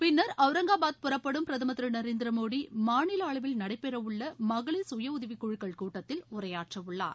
பின்னர் அவுரங்காபாத் புறப்படும் பிரதமர் திரு நரேந்திர மோடி மாநில அளவில் நடைபெறவுள்ள மகளிர் சுயஉதவிக்குழுக்கள் கூட்டத்தில் உரையாற்றவுள்ளார்